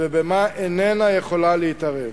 ובמה איננה יכולה להתערב.